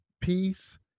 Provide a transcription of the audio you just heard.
peace